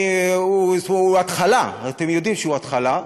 הוא התחלה, אתם יודעים שהוא התחלה.